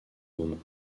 moment